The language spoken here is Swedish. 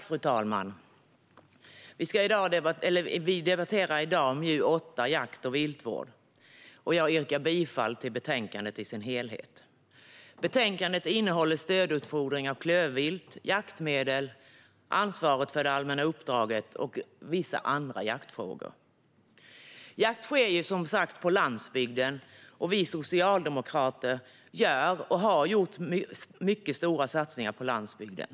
Fru talman! Vi debatterar i dag betänkande MjU8 Jakt och viltvård . Jag yrkar bifall till utskottets förslag i dess helhet. Betänkandet behandlar stödutfodring av klövvilt, jaktmedel, ansvaret för det allmänna uppdraget och vissa andra jaktfrågor. Jakt sker som sagt på landsbygden, och vi socialdemokrater gör och har gjort mycket stora satsningar på landsbygden.